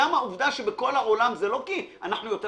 גם העובדה שבכל העולם זה לא כי אנחנו יותר